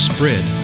Spread